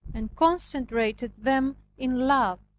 and concentrated them in love